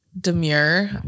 demure